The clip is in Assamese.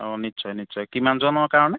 অঁ নিশ্চয় নিশ্চয় কিমানজনৰ কাৰণে